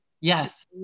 Yes